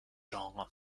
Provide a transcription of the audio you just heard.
genre